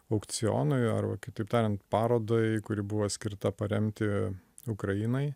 aukcionui arba kitaip tariant parodai kuri buvo skirta paremti ukrainai